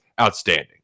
outstanding